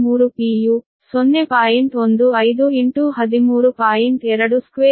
15 ಆಗುತ್ತದೆ ಮತ್ತು ಅದು ಪರ್ ಯೂನಿಟ್ ಗೆ ಅಂದರೆ 0